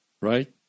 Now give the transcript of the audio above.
right